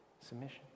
submission